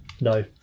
no